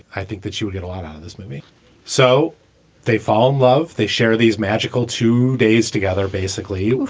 i think that she will get a lot out of this movie so they fall in love. they share these magical two days together, basically,